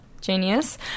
genius